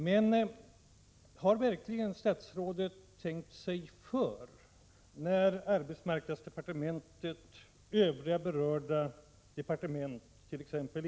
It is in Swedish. Men har verkligen statsrådet tänkt sig för när arbetsmarknadsdepartementet, övriga berörda departement —t.ex.